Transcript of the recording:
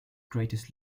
greatest